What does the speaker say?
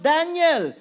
Daniel